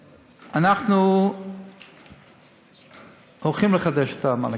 אנחנו הולכים לחדש את המענקים,